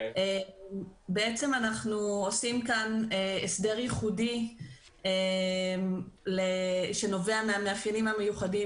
אנחנו עושים כאן הסדר ייחודי שנובע מהמאפיינים המיוחדים